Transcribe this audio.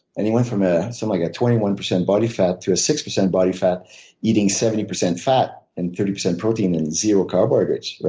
and he went from something ah so like a twenty one percent body fat to a six percent body fat eating seventy percent fat and thirty percent protein and zero carbohydrates.